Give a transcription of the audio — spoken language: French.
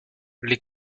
les